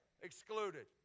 excluded